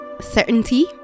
certainty